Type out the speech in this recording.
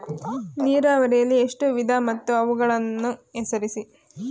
ನೀರಾವರಿಯಲ್ಲಿ ಎಷ್ಟು ವಿಧ ಮತ್ತು ಅವುಗಳನ್ನು ಹೆಸರಿಸಿ?